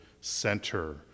center